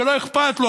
שלא אכפת לו,